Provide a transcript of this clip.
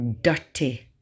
dirty